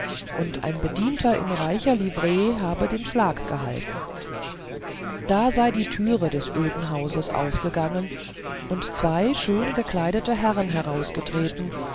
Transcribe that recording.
und ein bedienter in reicher livree habe den schlag gehalten da sei die türe des öden hauses aufgegangen und zwei schön gekleidete herren herausgetreten